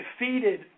defeated